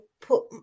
put